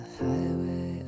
highway